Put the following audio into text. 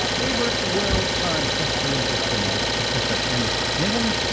we were at the world science festival in brisbane and with professor dennis mcnevin,